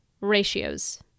ratios